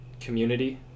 community